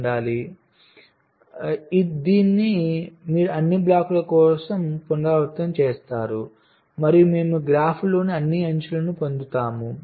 కాబట్టి ఇది మీరు అన్ని బ్లాక్ల కోసం పునరావృతం చేస్తారు మరియు మేము గ్రాఫ్లోని అన్ని అంచులను పొందుతాము